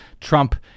Trump